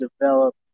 develop